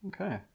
Okay